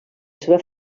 seva